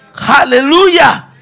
Hallelujah